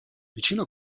vicino